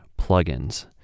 plugins